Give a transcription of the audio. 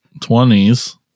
twenties